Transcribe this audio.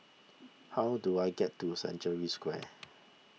how do I get to Century Square